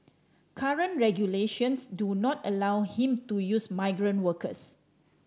current regulations do not allow him to use migrant workers